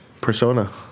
persona